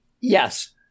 Yes